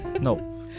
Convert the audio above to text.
no